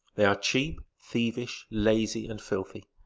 they are cheap, thievish, lazy, and filthy.